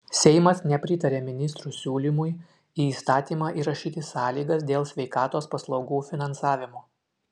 seimas nepritarė ministro siūlymui į įstatymą įrašyti sąlygas dėl sveikatos paslaugų finansavimo